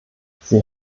sie